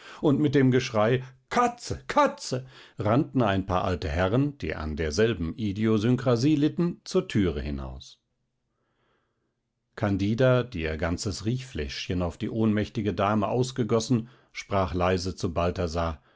und mit dem geschrei katze katze rannten ein paar alte herren die an derselben idiosynkrasie litten zur türe hinaus candida die ihr ganzes riechfläschchen auf die ohnmächtige dame ausgegossen sprach leise zu balthasar